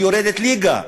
היא יורדת ליגה.